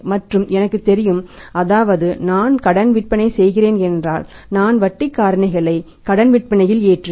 மற்றும் எனக்குத் தெரியும் அதாவது நான் கடன் விற்பனை செய்கிறேன் என்றால் நான் வட்டி காரணிகளைக் கடன் விற்பனையில் ஏற்றுவேன்